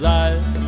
eyes